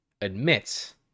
admits